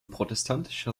protestantischer